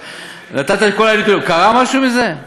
נתת את כל הנתונים, קרה משהו מזה?